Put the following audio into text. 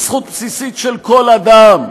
היא זכות בסיסית של כל אדם.